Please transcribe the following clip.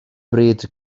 bryd